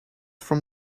from